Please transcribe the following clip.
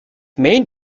main